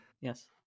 yes